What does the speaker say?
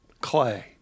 Clay